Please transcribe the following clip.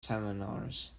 seminars